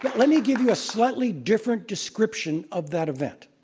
but let me give you a slightly different description of that event.